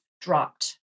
dropped